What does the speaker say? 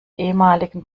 ehemaligen